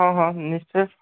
ହଁ ହଁ ନିଶ୍ଚୟ